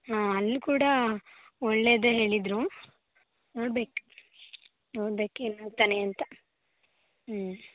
ಹಾಂ ಅಲ್ಲಿ ಕೂಡ ಒಳ್ಳೆಯದೇ ಹೇಳಿದರು ನೋಡಬೇಕು ನೋಡಬೇಕು ಏನು ಆಗ್ತಾನೆ ಅಂತ